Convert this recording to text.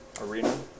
Arena